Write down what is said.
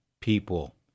people